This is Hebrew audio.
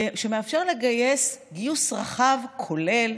גיוס רחב כולל,